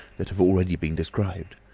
that have already been described.